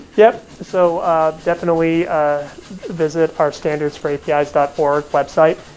yup. so ah definitely visit our standardsforapis yeah dot org website.